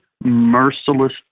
merciless